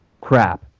crap